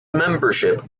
membership